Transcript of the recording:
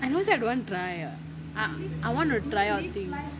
I know that I don't want try ah I I want to try out things